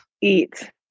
Eat